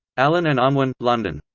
allen and unwin, london.